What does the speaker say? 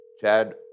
Chad